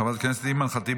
חברת הכנסת אימאן ח'טיב